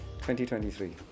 2023